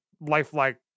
lifelike